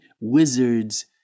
wizards